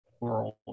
world